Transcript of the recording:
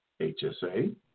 HSA